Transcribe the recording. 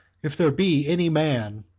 if there be any man,